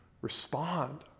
respond